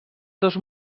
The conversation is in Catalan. dos